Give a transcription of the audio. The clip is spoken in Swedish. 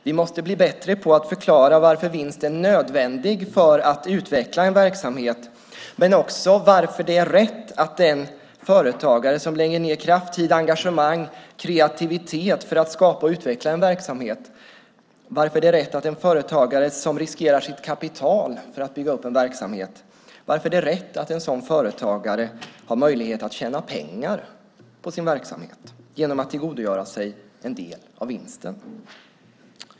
Vi måste bli bättre på att förklara varför vinst är nödvändig för att utveckla en verksamhet men också varför det är rätt att en företagare som lägger ned kraft, tid, engagemang och kreativitet för att skapa och utveckla en verksamhet och en företagare som riskerar sitt kapital för att bygga upp en verksamhet har möjlighet att tjäna pengar på sin verksamhet genom att tillgodogöra sig en del av vinsten.